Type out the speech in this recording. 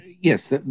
Yes